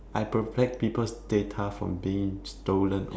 I protect people's data from being stolen